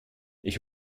ich